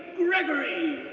gregory.